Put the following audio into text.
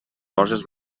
borges